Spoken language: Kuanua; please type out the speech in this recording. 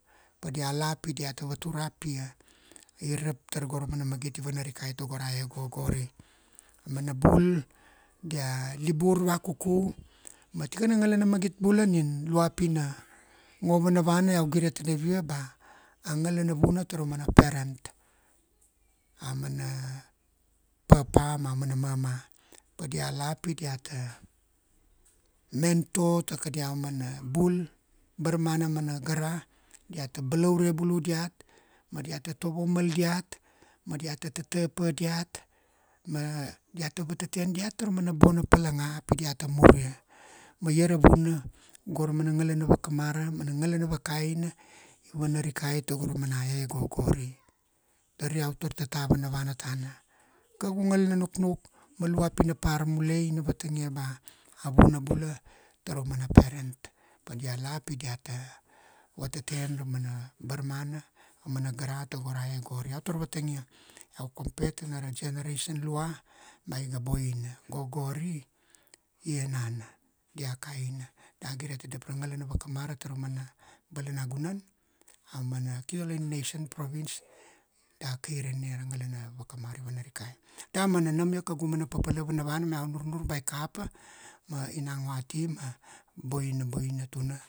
Padia la pi diata vatur ra pia. I rap tar go ra mana magit i vanarikai tago ra e go gori. A mana bul dia libur vakuku, ma tikana ngalana magit bula nin, lua pi na ngo vanavana iau gire tadavia ba, a ngalana vuna tara mana parent. A mana papa ma mana mama. Padia la pi diata,` mentor ta kadia auman bul. Barmana mana gara, diata balaure bulu diat, ma diata tovo mal diat, ma diata tata pa diat, ma, diata vateten diat tara mana bona palanga pi diata muria. Ma ia ra vuna, go ra mana ngalana vakamara, mana ngalana vakaina i vanarikai tago ra mana e go gori. Dari iau tar tata vanavana tana. Kaugu ngal na nuknuk, ma lua pina par mulai, ina vatang ia ba, avuna bula, tara mana parent. Padia la pi diata, vateten ra mana barmana, amana gara tago ra e gori. Iau tar vatagia, iau compare tana ra generation lua, ba iga boina. Go gori, i enana, dia kaina. Da gire tadap ra ngalana vakamara tara mana, balanagunan, aumana kidoloina nation, province da kairane ra ngalana vakamara i vanarikai. Damana nam ia kaugu mana papala vanava ma iau nurnur ba i kapa, ma ina ngo ati, ma boina boina tuna.